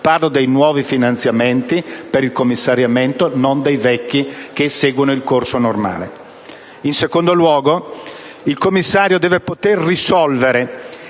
(parlo dei nuovi finanziamenti per il commissariamento, non dei vecchi che seguono il corso normale). In secondo luogo, il commissario deve poter risolvere